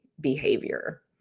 behavior